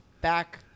back